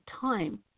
time